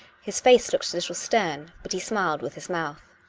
his face looked a little stern, but he smiled with his mouth.